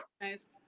Nice